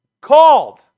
called